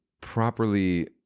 properly